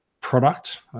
product